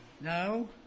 No